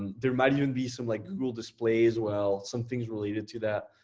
there might even be some like google display as well. some things related to that.